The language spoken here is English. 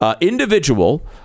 individual